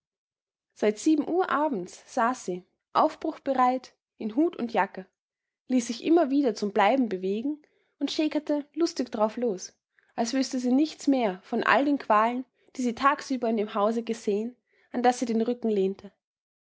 seit sieben uhr abends saß sie aufbruchbereit in hut und jacke ließ sich immer wieder zum bleiben bewegen und schäkerte lustig drauf los als wüßte sie nichts mehr von all den qualen die sie tagsüber in dem hause gesehen an das sie den rücken lehnte